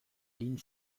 ligne